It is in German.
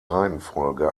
reihenfolge